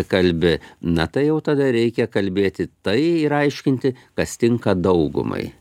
kalbi na tai jau tada reikia kalbėti tai ir aiškinti kas tinka daugumai